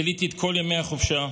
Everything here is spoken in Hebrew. כיליתי את כל ימי החופשה,